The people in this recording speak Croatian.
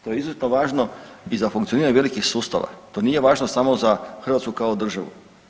To je izuzetno važno i za funkcioniranje velikih sustava, to nije važno samo za Hrvatsku kao državu.